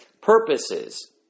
purposes